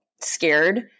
scared